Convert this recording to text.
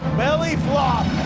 belly flop.